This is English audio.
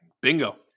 Bingo